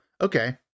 okay